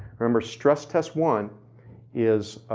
remember stress test one is,